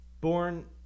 born